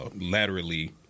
laterally